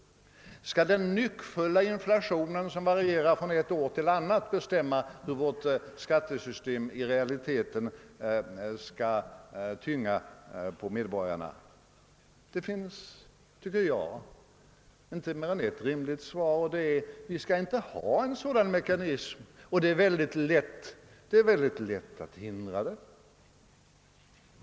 Skall den nyckfulla inflationen som varierar från ett år till ett annat bestämma hur hårt skattesystemet i realiteten skall tynga medborgarna? Det finns inte mer än ett rimligt svar: Vi skall inte ha en sådan mekanism, och det är mycket lätt att undgå den.